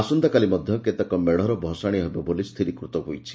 ଆସନ୍ତାକାଲି ମଧ୍ଧ କେତେକ ମେଡ଼ର ଭସାଣି ହେବ ବୋଲି ସ୍ଟିରିକୃତ ହୋଇଛି